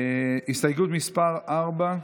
הסתייגות מס' 4,